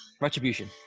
retribution